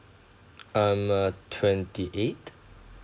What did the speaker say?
I'm a twenty eight